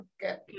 Good